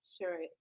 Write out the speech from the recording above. sure